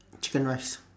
chicken rice